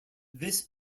this